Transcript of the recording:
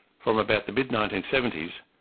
from about the mid nineteen seventy s,